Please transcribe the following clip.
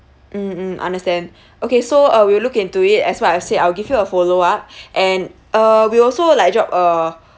mm mm understand okay so uh we'll look into it as what I have said I'll give you a follow up and uh we also like drop a